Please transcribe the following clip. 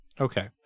Okay